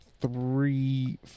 three